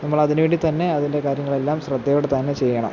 നമ്മളതിന് വേണ്ടി തന്നെ അതിന്റെ കാര്യങ്ങളെല്ലാം ശ്രദ്ധയോടെ തന്നെ ചെയ്യണം